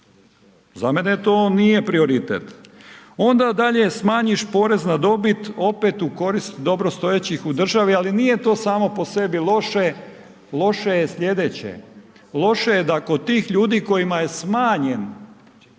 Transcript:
za mene to nije prioritet. Onda dalje smanjiš porez na dobit opit u korist dobrostojećih u državi, ali nije to samo po sebi loše, loše je sljedeće, loše je da kod tih ljudi kojima je smanjen